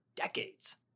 decades